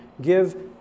Give